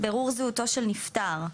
בירור זהותו של נפטר.